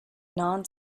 non